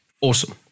Awesome